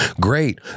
Great